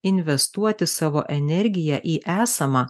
investuoti savo energiją į esamą